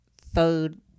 Third